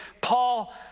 Paul